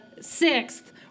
sixth